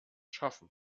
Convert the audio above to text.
schaffen